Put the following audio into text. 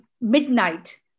midnight